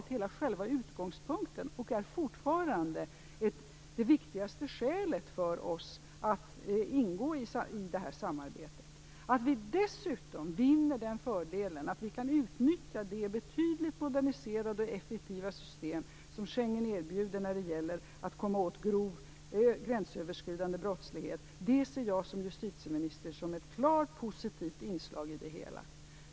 Det har varit själva utgångspunkten, och det är fortfarande det viktigaste skälet för oss att ingå i detta samarbete. Att vi dessutom vinner den fördelen att vi kan utnyttja det betydligt mer moderniserade och effektiva system som Schengen erbjuder när det gäller att komma åt grov gränsöverskridande brottslighet ser jag som justitieminister som ett klart positivt inslag.